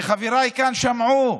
וחבריי כאן שמעו,